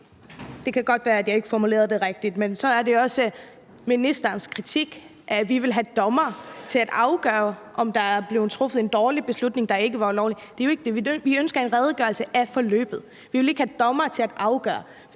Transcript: Det kan godt være, at jeg ikke formulerede det rigtigt. Men det er også ministerens kritik, at vi vil have dommere til at afgøre, om der er blevet truffet en dårlig beslutning, som ikke var ulovlig. Vi ønsker en redegørelse af forløbet. Vi vil ikke have dommere til at afgøre